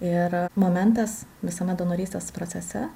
ir momentas visame donorystės procese